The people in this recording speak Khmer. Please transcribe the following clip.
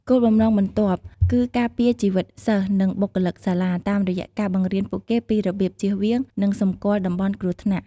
គោលបំណងបន្ទាប់គឺ ការពារជីវិតសិស្ស និងបុគ្គលិកសាលា តាមរយៈការបង្រៀនពួកគេពីរបៀបចៀសវាង និងសម្គាល់តំបន់គ្រោះថ្នាក់។